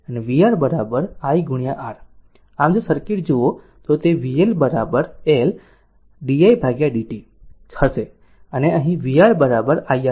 આમ જો અહીં સર્કિટ જુઓ તો તે vL L di dt હશે અને અહીં vR I R હશે